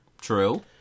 True